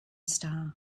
star